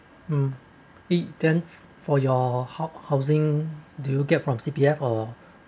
mm it then for your hou~ housing do you get from C_P_F or